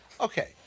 okay